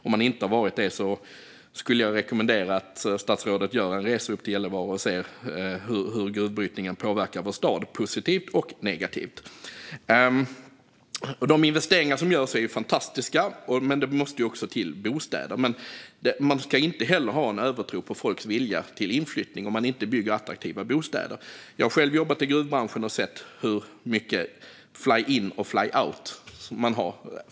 Om han inte har varit det skulle jag rekommendera statsrådet att göra en resa upp till Gällivare och se hur gruvbrytningen påverkar vår stad, positivt och negativt. De investeringar som görs är fantastiska, men det måste också till bostäder. Dock ska man inte ha en övertro på folks vilja till inflyttning om det inte byggs attraktiva bostäder. Jag har själv jobbat i gruvbranschen och sett hur mycket fly in och fly out man har.